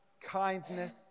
kindness